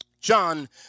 John